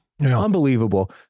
unbelievable